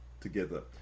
together